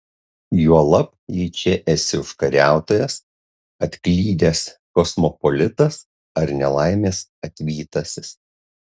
juolab jei čia esi užkariautojas atklydęs kosmopolitas ar nelaimės atvytasis